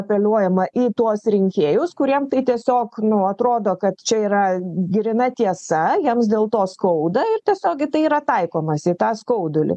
apeliuojama į tuos rinkėjus kuriem tai tiesiog nu atrodo kad čia yra gryna tiesa jiems dėl to skauda ir tiesiog į tai yra taikomasi į tą skaudulį